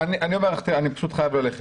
אני פשוט חייב ללכת.